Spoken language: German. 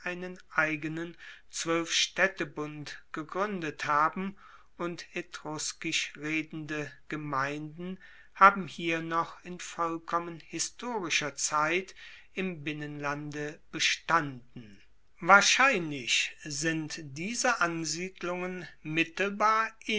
eigenen zwoelfstaedtebund gegruendet haben und etruskisch redende gemeinden haben hier noch in vollkommen historischer zeit im binnenlande bestanden wahrscheinlich sind diese ansiedlungen mittelbar